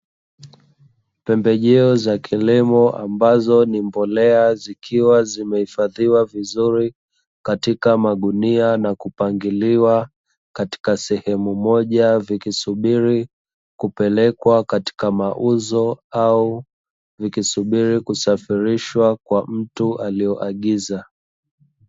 Pembejeo za kilimo ambazo ni mbolea zikiwa zimehifadhiwa vizuri, katika magunia, na kupangiliwa katika sehemu moja vikisubiri kupelekwa katika mauzo au vikisubiri kusafirishwa kwa mtu aliyeagiza.